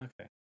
Okay